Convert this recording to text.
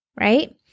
right